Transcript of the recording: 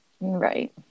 Right